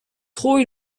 trop